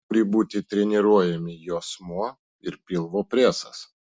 turi būti treniruojami juosmuo ir pilvo presas